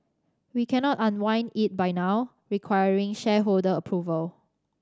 we cannot unwind it by now requiring shareholder approval